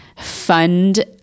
fund